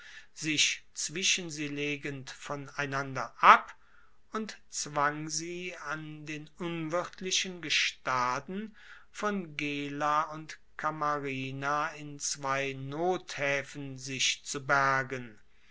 sich zwischen sie legend voneinander ab und zwang sie an den unwirtlichen gestaden von gela und kamarina in zwei nothaefen sich zu bergen